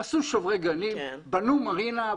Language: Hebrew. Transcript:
בנו מרינה,